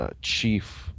chief